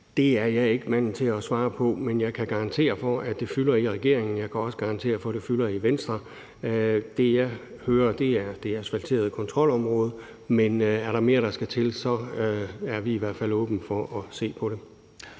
det er jeg ikke manden til at svare på, men jeg kan garantere for, at det fylder i regeringen, og jeg kan også garantere for, at det fylder i Venstre. Det, jeg hører, handler om det asfalterede kontrolområde, men er der mere, der skal til, er vi i hvert fald åbne for at se på det.